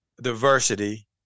diversity